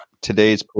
today's